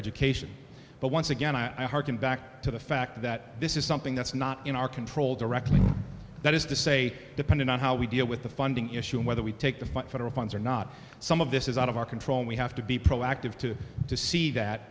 education but once again i hearken back to the fact that this is something that's not in our control directly that is to say depending on how we deal with the funding issue whether we take the federal funds or not some of this is out of our control we have to be proactive to to see that